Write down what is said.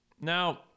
Now